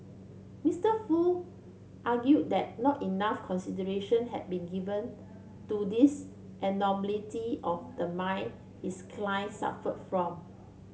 Mister Foo argued that not enough consideration had been given to this abnormality of the mind his client suffered from